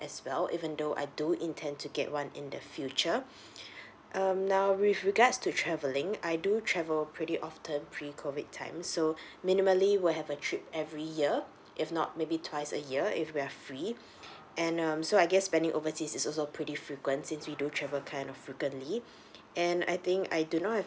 as well even though I do intend to get one in the future um now with regards to travelling I do travel pretty often pre COVID time so minimally will have a trip every year if not maybe twice a year if we are free and um so I guess spending overseas is also pretty frequent since we do travel kind of frequently and I think I do not have